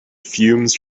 fumes